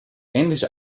ähnliche